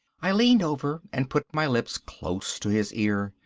i leaned over and put my lips close to his ear.